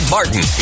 Martin